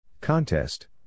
Contest